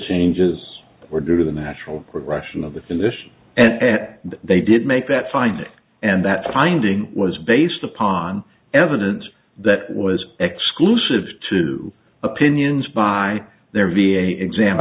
changes or due to the natural progression of the finish and that they did make that finding and that finding was based upon evidence that was exclusive to opinions by their v a exam i